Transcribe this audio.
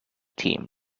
team